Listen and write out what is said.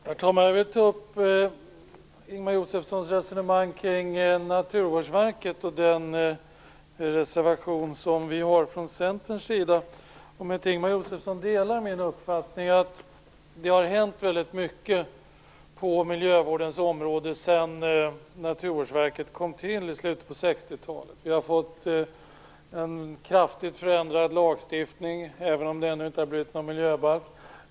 Herr talman! Jag vill ta upp Ingemar Josefssons resonemang kring Naturvårdsverket och den reservation som vi i Centern har lagt fram. Delar inte Ingemar Josefsson min uppfattning att det har hänt väldigt mycket på miljövårdens område sedan Naturvårdsverket kom till i slutet av 1960-talet? Vi har fått en kraftigt förändrad lagstiftning, även om det ännu inte har blivit någon miljöbalk.